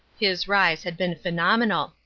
his rise had been phenomenal.